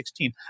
2016